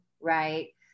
right